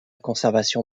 conservation